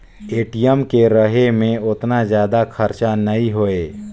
ATM के रहें मे ओतना जादा खरचा नइ होए